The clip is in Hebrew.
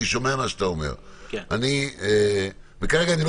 אני שומע מה שאתה אומר וכרגע אני לא